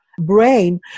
brain